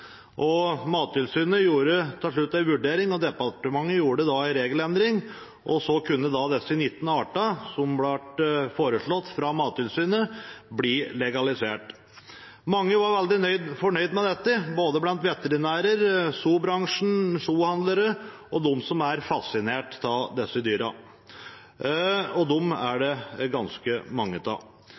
forbudet. Mattilsynet gjorde til slutt en vurdering, departementet gjorde en regelendring, og så kunne disse 19 artene som ble foreslått av Mattilsynet, legaliseres. Mange var veldig fornøyd med dette, både veterinærer, zoo-bransjen, zoo-handlere og de som er fascinert av disse dyrene, og dem er det ganske mange av.